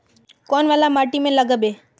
कौन वाला माटी में लागबे?